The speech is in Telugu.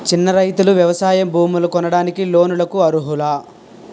చిన్న రైతులు వ్యవసాయ భూములు కొనడానికి లోన్ లకు అర్హులా?